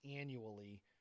annually